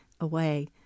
away